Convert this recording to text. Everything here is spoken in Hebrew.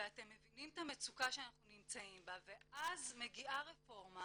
ואתם מבינים את המצוקה שאנחנו נמצאים בה ואז מגיעה רפורמה